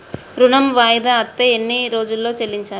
ఋణం వాయిదా అత్తే ఎన్ని రోజుల్లో చెల్లించాలి?